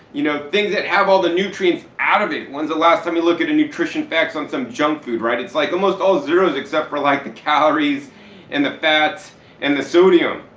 you know things that have all the nutrients out of it. when's the last time you looked at the nutrition facts on some junk food right? it's like almost all zeros except for like the calories and the fat and the sodium,